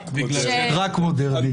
רק מודרני.